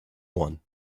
one